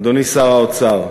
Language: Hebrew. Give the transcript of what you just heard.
אדוני שר האוצר,